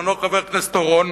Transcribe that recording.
בזמנו חבר הכנסת אורון,